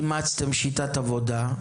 אימצתם שיטת עבודה,